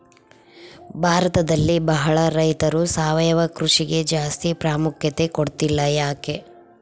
ಭಾರತದಲ್ಲಿ ಬಹಳ ರೈತರು ಸಾವಯವ ಕೃಷಿಗೆ ಜಾಸ್ತಿ ಪ್ರಾಮುಖ್ಯತೆ ಕೊಡ್ತಿಲ್ಲ ಯಾಕೆ?